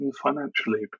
financially